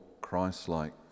christ-like